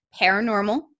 paranormal